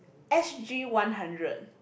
S_G one hundred